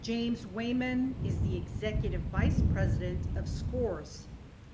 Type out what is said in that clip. james wehmann is the executive vice president of scores